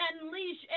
unleash